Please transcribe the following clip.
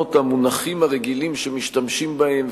אמות המונחים הרגילים שמשתמשים בהם,